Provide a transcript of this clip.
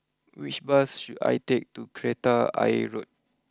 which bus should I take to Kreta Ayer Road